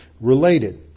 related